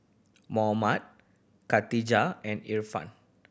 Muhammad Khatijah and Irfan